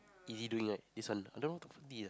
easy doing right this one I don't know how to